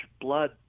blood